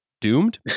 doomed